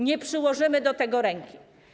Nie przyłożymy do tego ręki.